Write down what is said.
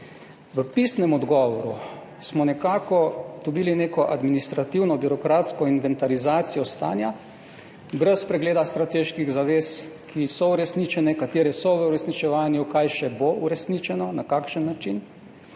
V pisnem odgovoru smo dobili neko administrativno-birokratsko inventarizacijo stanja, brez pregleda strateških zavez, ki so uresničene, katere so v uresničevanju, kaj bo še uresničeno, na kakšen način.